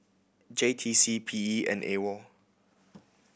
J T C P E and AWOL